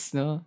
no